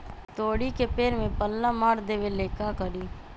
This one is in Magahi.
तोड़ी के पेड़ में पल्ला मार देबे ले का करी?